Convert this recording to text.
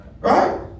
Right